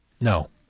No